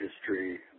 history